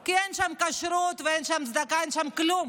כי אין שם כשרות ואין שם צדקה, אין שם כלום